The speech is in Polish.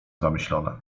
zamyślona